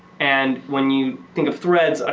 and when you think of threads, ah